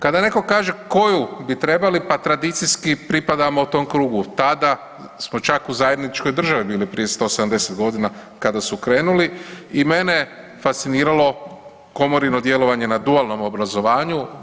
Kada netko kaže koju bi trebali, pa tradicijski pripadamo tom krugu tada smo čak u zajedničkoj državi bili prije 170 godina kada su krenuli i mene fasciniralo komorino djelovanje na dualnom obrazovanju.